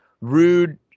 Rude